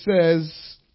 says